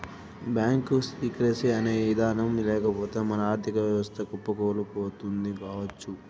bank secrecy అనే ఇదానం లేకపోతె మన ఆర్ధిక వ్యవస్థ కుప్పకూలిపోతుంది కావచ్చు